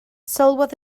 sylwodd